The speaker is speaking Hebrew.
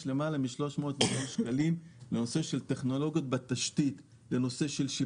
יש למעלה מ-300 מיליון שקלים לנושא של טכנולוגיות בתשתית,